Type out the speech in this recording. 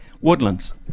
Woodlands